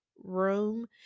room